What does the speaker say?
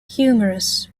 humorous